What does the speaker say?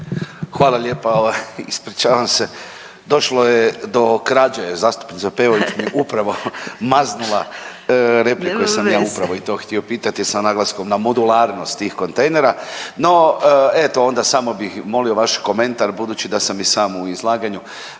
Hvala lijepa, ispričavam se. Došlo je do krađe, zastupnica Peović mi je upravo maznula repliku jer ... …/Upadica: Nema veze./… … sam ja upravo i to htio pitati sa naglaskom na modularnost tih kontejnera. No eto, onda samo bih molio vaš komentar, budući da sam i sam u izlaganju